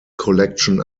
collection